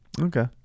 Okay